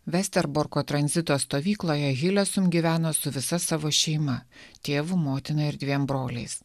vesterborko tranzito stovykloje hilesum sugyveno su visa savo šeima tėvu motina ir dviem broliais